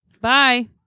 Bye